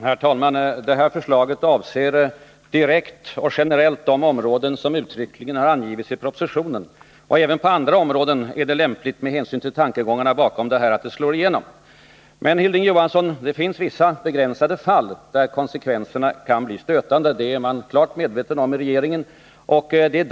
Herr talman! Det här förslaget avser direkt de områden som uttryckligen har angivits i propositionen. Även på andra områden är det emellertid med hänsyn till syftet bakom förslaget lämpligt att det slår igenom. Men, Hilding Nr 36 Johansson, i vissa fall kan konsekvenserna bli stötande. Inom regeringen är man helt medveten om detta.